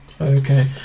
Okay